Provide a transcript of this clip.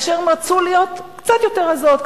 הן רצו להיות קצת יותר רזות,